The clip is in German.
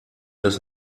das